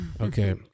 Okay